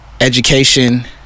education